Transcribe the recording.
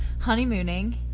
honeymooning